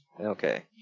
okay